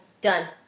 Done